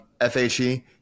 FHE